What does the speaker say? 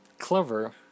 clever